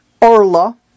Orla